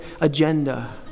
agenda